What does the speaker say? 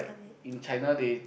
in China they